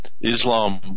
Islam